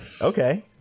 Okay